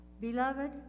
Beloved